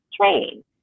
train